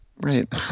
Right